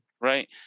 right